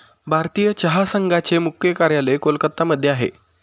भारतीय चहा संघाचे मुख्य कार्यालय कोलकत्ता मध्ये आहे